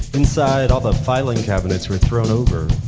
inside, all the filing cabinets were thrown over,